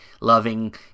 loving